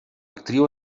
actriu